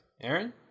Aaron